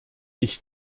ich